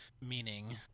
meaning